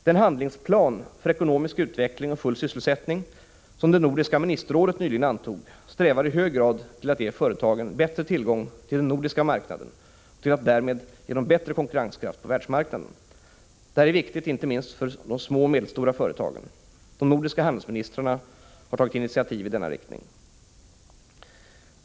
Den handlingsplan för ekonomisk utveckling och full sysselsättning som det nordiska ministerrådet nyligen antog strävar i hög grad till att ge företagen bättre tillgång till den nordiska marknaden och till att därmed ge dem bättre konkurrenskraft på världsmarknaden. Detta är viktigt inte minst för de små och medelstora företagen. De nordiska handelsministrarna har tagit initiativ i denna riktning.